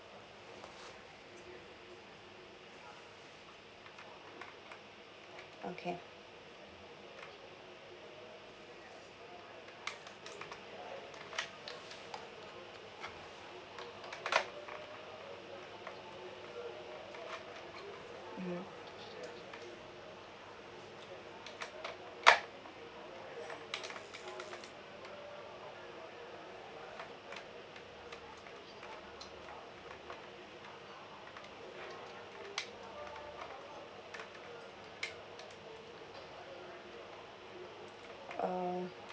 okay uh